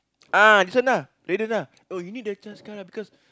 ah this one lah Radiant ah oh you need the C_H_A_S card ah because